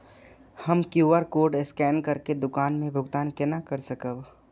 हम QR code scan करके दुकान में भुगतान केना कर सकब?